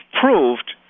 proved